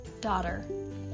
daughter